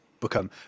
become